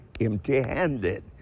empty-handed